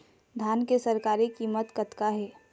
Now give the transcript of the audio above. धान के सरकारी कीमत कतका हे?